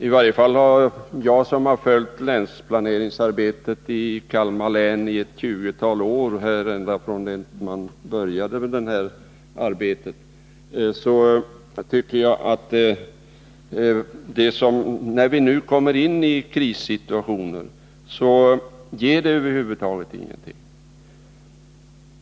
I varje fall tycker jag, som följt länsplaneringsarbetet i Kalmar län under snart ett tjugotal år — ända från det att man började med arbetet — att när vi nu kommer in i krissituationer, så ger det här arbetet ingenting.